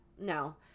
No